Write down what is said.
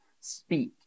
speak